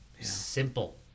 Simple